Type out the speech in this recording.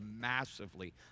massively